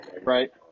Right